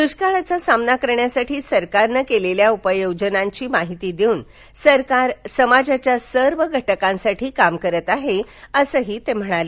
दुष्काळाचा सामना करण्यासाठी सरकारनं केलेल्या उपाययोजनांची माहिती देऊन सरकार समाजाच्या सर्व घटकांसाठी काम करत आहे असं त्यांनी सांगितलं